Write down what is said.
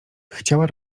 chciała